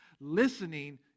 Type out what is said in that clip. Listening